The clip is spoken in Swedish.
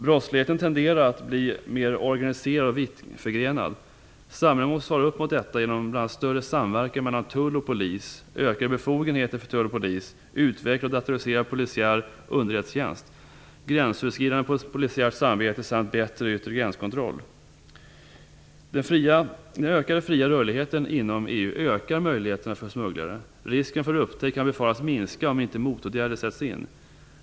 Brottsligheten tenderar att bli mer organiserad och vittförgrenad. Samhället måste svara upp mot detta genom bl.a. större samverkan mellan tull och polis, ökade befogenheter för tull och polis, utvecklande av datoriserad polisiär underrättelsetjänst, gränsöverskridande polisiärt samarbete samt bättre yttre gränskontroll. Den ökade fria rörligheten inom EU ökar möjligheterna för smugglare. Risken för upptäckt kan befaras minska om inte motåtgärder sätts in.